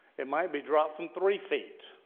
it might be dropped from three feet.